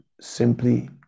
simply